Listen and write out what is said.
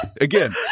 Again